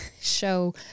show